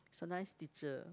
he's a nice teacher